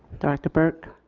director burke.